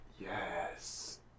Yes